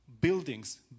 buildings